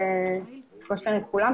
נעים מאוד לפגוש כאן את כולם.